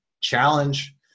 challenge